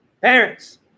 Parents